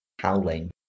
howling